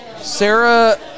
Sarah